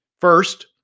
First